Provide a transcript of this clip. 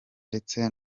ndetse